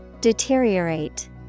Deteriorate